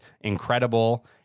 incredible